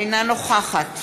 אינה נוכחת